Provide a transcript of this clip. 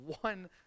one